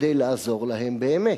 כדי לעזור להם באמת.